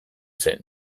zen